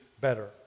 better